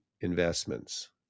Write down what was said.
investments